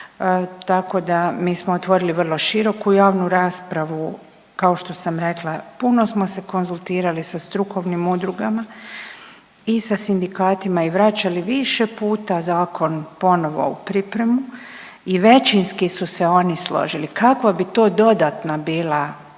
tako da, mi smo otvorili vrlo široku javnu raspravu, kao što sam rekla, puno smo se konzultirali sa strukovnim udrugama i sa sindikatima i vraćali više puta zakon ponovo u pripremu i većinski su se oni složili. Kakva bi to dodatna bilo